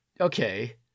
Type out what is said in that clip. okay